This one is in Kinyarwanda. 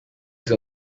izi